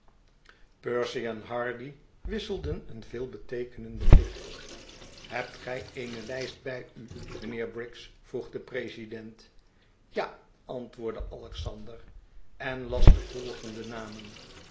percy en hardy wisselden een veelbeteekenenden blik hebt gij eene lijst bij u mijnheer briggs vroeg de president ja antwoordde alexander en las de volgende namen